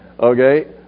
Okay